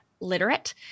literate